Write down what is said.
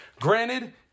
Granted